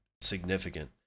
significant